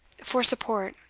for support.